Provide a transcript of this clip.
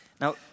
Now